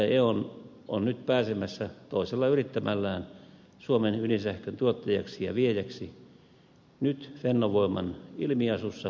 on on nyt pääsemässä toisella yrittämällään suomen ydinsähkön tuottajaksi ja viejäksi nyt fennovoiman ilmiasussa ja pääomistajana